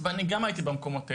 אני גם הייתי במקומות כאלה,